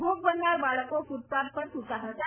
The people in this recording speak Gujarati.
ભોગ બનનાર બાળકો ફૂટપાથ પર સૂતાં હતાં